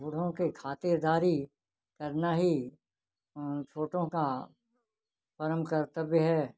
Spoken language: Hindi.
बूढ़ों की खातिरदारी करना ही छोटों का परम कर्तव्य है